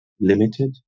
limited